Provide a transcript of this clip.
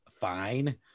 fine